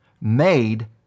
made